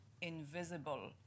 invisible